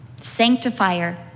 Sanctifier